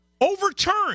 Overturned